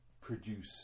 produce